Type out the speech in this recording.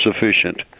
sufficient